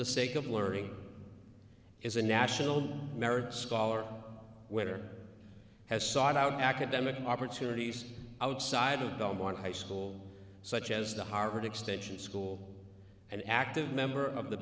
the sake of learning is a national merit scholar whether it has sought out academic opportunities outside of don't want high school such as the harvard extension school an active member of the